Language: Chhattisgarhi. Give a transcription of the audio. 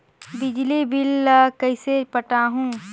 बिजली बिल ल कइसे पटाहूं?